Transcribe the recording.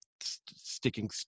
sticking